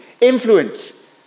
influence